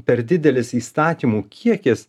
per didelis įstatymų kiekis